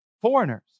Foreigners